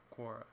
Quora